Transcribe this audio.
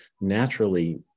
naturally